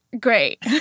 great